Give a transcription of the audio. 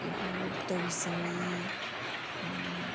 गोड तवसळी